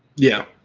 yeah.